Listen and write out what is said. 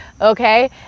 okay